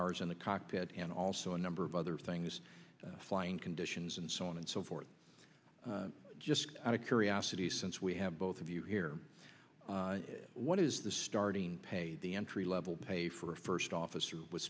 hours in the cockpit and also a number of other things in conditions and so on and so forth just out of curiosity since we have both of you here what is the starting pay the entry level pay for first officer w